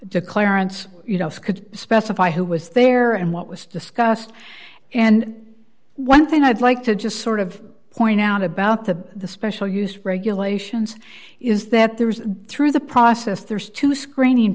to clarence you know could specify who was there and what was discussed and one thing i'd like to just sort of point out about the special use regulations is that there is through the process there's two screening